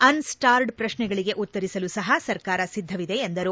ಅನ್ ಸ್ವಾರ್ಡ ಪ್ರಶ್ನೆಗಳಿಗೆ ಉತ್ತರಿಸಲು ಸಹ ಸರ್ಕಾರ ಸಿದ್ದವಿದೆ ಎಂದರು